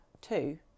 two